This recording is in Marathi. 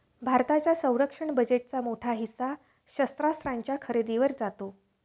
भारताच्या संरक्षण बजेटचा मोठा हिस्सा शस्त्रास्त्रांच्या खरेदीवर जातो